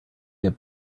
get